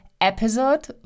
episode